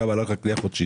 כמה עלה לך קנייה חודשית,